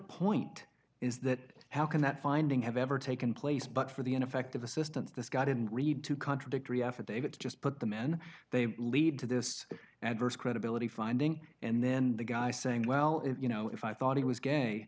point is that how can that finding have ever taken place but for the ineffective assistance this guy didn't read two contradictory affidavits just put the men they lead to this adverse credibility finding and then the guy saying well if you know if i thought he was gay